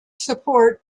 support